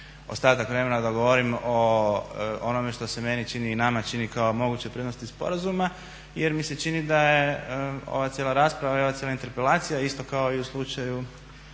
ostatak vremena da govorim o onome što se meni čini i nama čini kao moguće prednosti sporazuma jer mi se čini da je ova cijela rasprava i ova cijela interpelacija isto kako i u slučaju